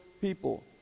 people